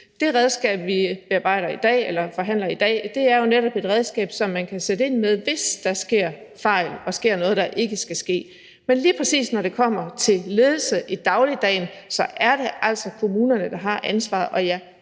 Det redskab, vi forhandler i dag, er jo netop et redskab, som man kan sætte ind med, hvis der sker fejl og sker noget, der ikke skal ske. Men lige præcis når det kommer til ledelse i dagligdagen, er det altså kommunerne, der har ansvaret.